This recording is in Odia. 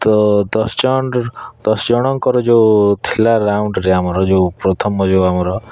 ତ ଦଶ ଜଣ ଦଶ ଜଣଙ୍କର ଯେଉଁ ଥିଲା ରାଉଣ୍ଡରେ ଆମର ଯେଉଁ ପ୍ରଥମ ଯେଉଁ ଆମର